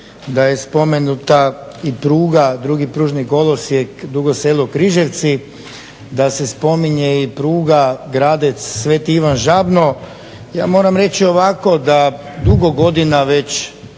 da je spomenuta i pruga, drugi pružni kolosijek Dugo Selo- Križevci, da se spominje i pruga Gradec-Sv. Ivan-Žabno, ja moram reći ovako da dugo godina već